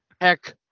Heck